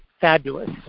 fabulous